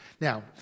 Now